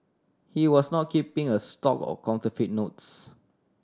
he was not keeping a stock of counterfeit notes